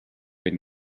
been